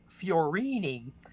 Fiorini